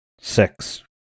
six